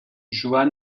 juan